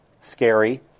scary